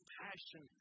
passion